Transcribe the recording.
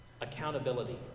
accountability